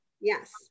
Yes